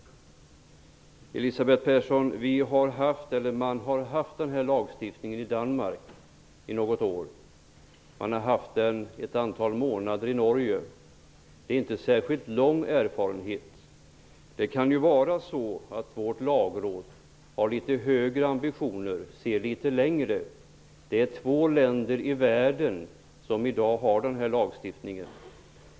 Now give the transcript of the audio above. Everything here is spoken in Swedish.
Är den uppfattningen typisk för Elisabeth Persson och Vänsterpartiet? Elisabeth Persson! Man har haft den här lagstiftningen i något år i Danmark. Man har haft den ett antal månader i Norge. Det är inte någon särskilt lång erfarenhet. Det kan ju vara så att vårt lagråd har litet högre ambitioner, ser litet längre. Det är två länder i världen som i dag har den här lagstiftningen.